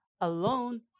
alone